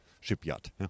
shipyard